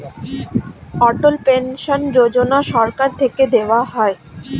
অটল pension Yojana সরকার থেকে দেওয়া হয়